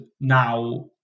now